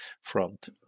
front